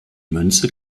münze